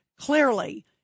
clearly